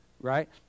right